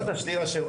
זה לא תשדיר שירות.